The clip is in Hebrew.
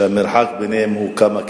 שהמרחק ביניהן הוא כמה קילומטרים,